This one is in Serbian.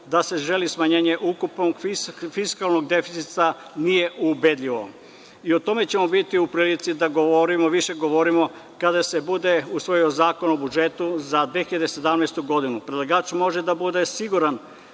da se želi smanjenje ukupnog fiskalnog deficita, nije ubedljivo? O tome ćemo biti u prilici da govorimo više kada se bude usvajao zakon o budžetu za 2017. godinu. Predlagač može da bude siguran